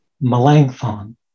Melanchthon